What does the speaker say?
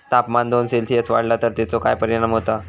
तापमान दोन सेल्सिअस वाढला तर तेचो काय परिणाम होता?